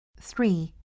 Three